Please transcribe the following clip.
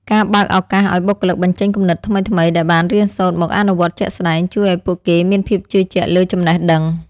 ការបើកឱកាសឱ្យបុគ្គលិកបញ្ចេញគំនិតថ្មីៗដែលបានរៀនសូត្រមកអនុវត្តជាក់ស្តែង ជួយឱ្យពួកគេមានភាពជឿជាក់លើចំណេះដឹង។